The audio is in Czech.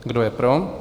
Kdo je pro?